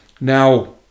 Now